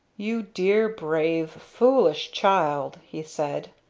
you dear, brave, foolish child! he said.